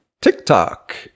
TikTok